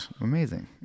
amazing